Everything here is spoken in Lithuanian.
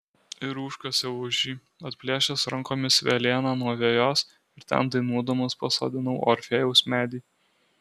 ir užkasiau aš jį atplėšęs rankomis velėną nuo vejos ir ten dainuodamas pasodinau orfėjaus medį